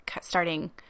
starting